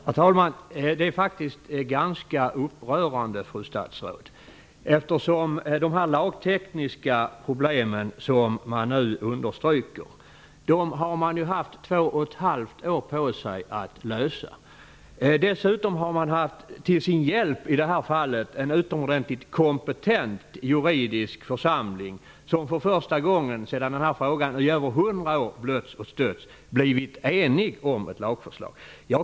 Herr talman! Det är faktiskt ganska upprörande, fru statsråd. De lagtekniska problem som man understryker har man haft två och ett halvt år på sig att lösa. Dessutom har man i det här fallet haft en utomordentligt kompetent juridisk församling till sin hjälp, som för första gången sedan den här frågan i över hundra år blötts och stötts blivit enig om ett lagförslag.